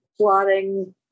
plotting